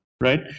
Right